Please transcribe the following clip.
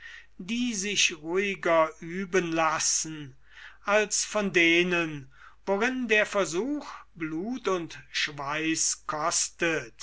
die sich ruhiger üben lassen als von denen worin der versuch blut und schweiß kostet